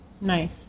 Nice